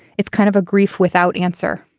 it's kind of a grief without answer.